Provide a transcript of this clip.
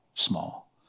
small